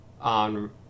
on